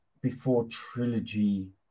before-trilogy